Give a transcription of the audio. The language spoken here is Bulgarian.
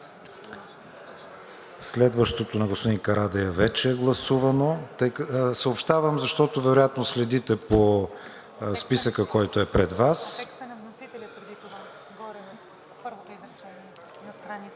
Следващото на господин Карадайъ вече е гласувано. Съобщавам, защото вероятно следите по списъка, който е пред Вас.